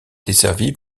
desservie